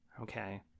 Okay